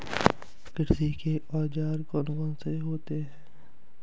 कृषि के औजार कौन कौन से होते हैं?